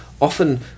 often